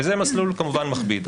וזה מסלול כמובן מכביד.